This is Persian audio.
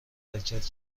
حرکت